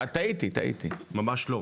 ממש לא.